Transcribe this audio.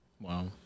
Wow